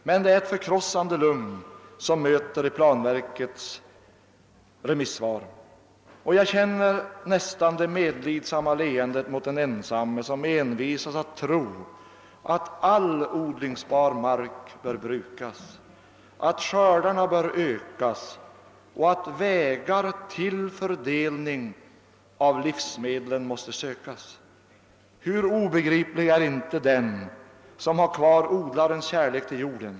Men det är ett förkrossande lugn som möter i planverkets remissvar, och jag känner nästan det medlidsamma leendet mot den ensamme, som envisas att tro att all odlingsbar mark bör brukas, att skördarna bör ökas och att vägar till fördelning av livsmedlen måste sökas. Hur obegriplig är inte den som har kvar odlarens kärlek till jorden!